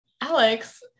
Alex